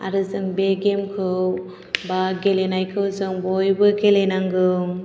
आरो जों बे गेम खौ एबा गेलेनायखौ जों बयबो गेलेनांगौ